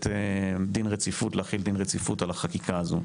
דין רציפות להחיל דין רציפות על החקיקה הזו.